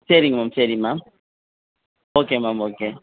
சரிங்க மேம் சரி ma'am okay ma'am okay